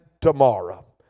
tomorrow